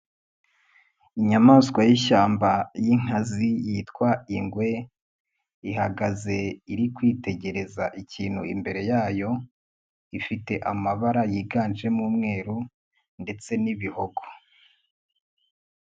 Inyamaswa y'ishyamba y'inkazi yitwa ingwe, ihagaze iri kwitegereza ikintu imbere yayo, ifite amabara yiganjemo umweru ndetse n'ibihogo.